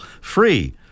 free